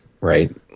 right